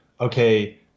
okay